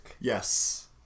Yes